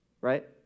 right